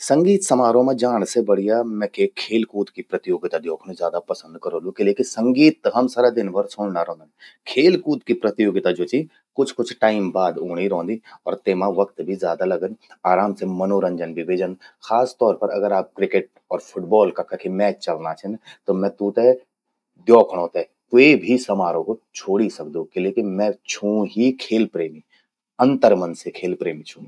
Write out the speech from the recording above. सगीत समारोह मां जाण से बढ़िया मैं के खेल कूद कि प्रतियोगित द्योखण ज्यादा पसंद करोलु, किलेकि संगीत त हम सरा दिन भर सुण्णां रौंदन। खेलकूद कि प्रतियोगित ज्वो चि कुछ कुछ टाइम बाद ऊंणीं रौंदि। और तेमा वक्त भी ज्यादा लगद। आराम से मनोरंजन भी व्हे जंद। खासतौर पर अगर आप क्रिकेट या फुटबॉल का कखि मैच चल्लां छिन, त मैं तूंते द्योखणों ते क्वे भी समारोह छ्वेड़ि सकदू किले कि मैं छूं ही खेल प्रेमी। अंतरमन से खेलप्रेमी छूं मैं।